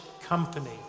company